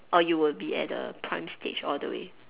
or you will be at the prime stage all the way